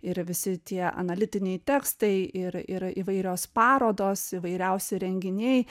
ir visi tie analitiniai tekstai ir ir įvairios parodos įvairiausi renginiai